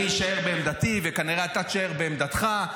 אני אשאר בעמדתי, וכנראה אתה תישאר בעמדתך.